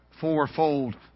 Fourfold